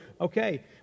Okay